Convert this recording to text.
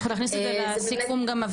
אנחנו גם נכניס את זה בסיכום הוועדה,